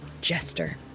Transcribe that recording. Jester